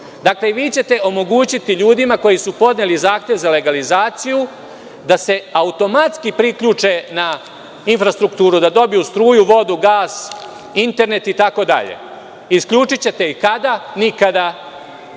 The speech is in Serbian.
Iliću. Vi ćete omogućiti ljudima koji su podneli zahtev za legalizaciju da se automatski priključe na infrastrukturu, da dobiju struju, vodu, gas, internet itd. Isključićete ih kada? Nikada,